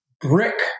brick